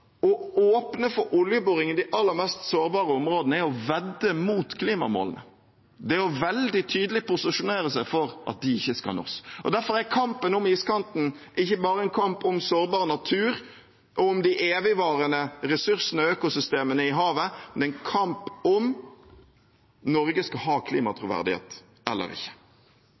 å åpne for oljeboring i de aller mest sårbare områdene er å vedde mot klimamålene, det er å veldig tydelig posisjonere seg for at de ikke skal nås. Derfor er kampen om iskanten ikke bare en kamp om sårbar natur og om de evigvarende ressursene og økosystemene i havet, men det er en kamp om hvorvidt Norge skal ha klimatroverdighet eller ikke.